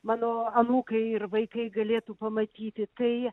mano anūkai ir vaikai galėtų pamatyti tai